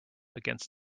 against